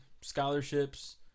scholarships